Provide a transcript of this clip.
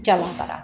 चलना खरा ऐ